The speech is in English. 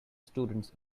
students